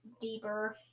deeper